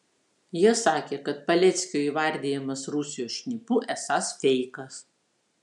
jie sakė kad paleckio įvardijimas rusijos šnipu esąs feikas